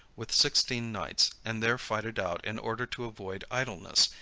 with sixteen knights, and there fight it out, in order to avoid idleness,